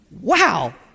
Wow